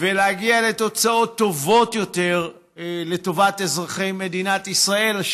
ולהגיע לתוצאות טובות יותר לטובת אזרחי מדינת ישראל.